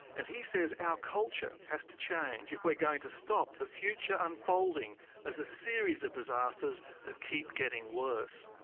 and he says our culture has to change if we're going to stop the future unfolding as a series of disasters that keep getting worse.